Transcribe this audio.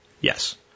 Yes